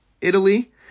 Italy